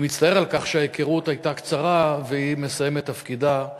אני מצטער על כך שההיכרות הייתה קצרה והיא מסיימת את תפקידה,